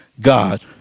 God